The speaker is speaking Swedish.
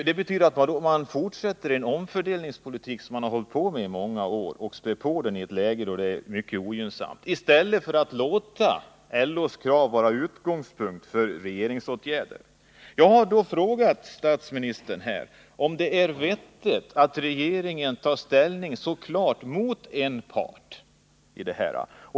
Det betyder att man fortsätter med en omfördelningspolitik som man bedrivit i många år — och man spär på snedfördelningen i ett mycket ogynnsamt läge i stället för att låta LO:s krav vara utgångspunkt för regeringsåtgärder. Jag har därför frågat statsministern om det är vettigt att regeringen så klart som skett tar ställning mot en part.